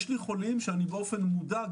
יש לי חולים שאני באופן מודע,